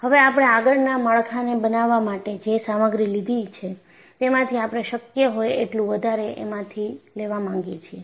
હવે આપણે આગળના માળખાને બનાવવા માટે જે સામગ્રી લીધી છે તેમાંથી આપણે શક્ય હોય એટલું વધારે એમાંથી લેવા માંગીએ છીએ